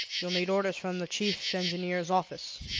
you'll need orders from the chief engineer's office,